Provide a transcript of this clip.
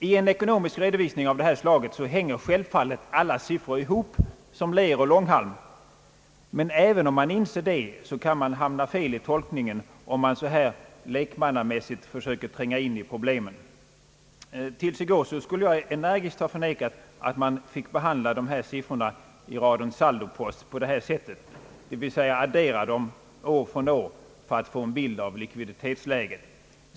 I en ekonomisk redovisning av detta slag hänger självfallet alla siffror ihop som ler och långhalm, men även om man inser detta kan man hamna fel i tolkningen när man lekmannamässigt försöker tränga in i problemen. Till i går skulle jag energiskt ha förnekat att man fick behandla siffrorna i raden saldopost på detta sätt, d. v. s. addera dem år från år för att få en bild av likviditetsläget.